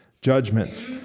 judgments